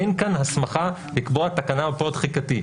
אין כאן הסמכה לקבוע תקנה בעלת פועל תחיקתי.